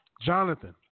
Jonathan